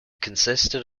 consisted